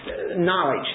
knowledge